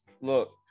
Look